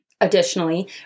additionally